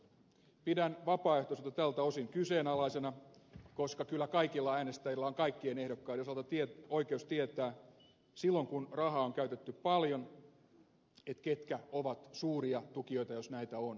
pidän vapaaehtoisuutta tältä osin kyseenalaisena koska kyllä kaikilla äänestäjillä on kaikkien ehdokkaiden osalta oikeus tietää silloin kun rahaa on käytetty paljon ketkä ovat suuria tukijoita jos näitä on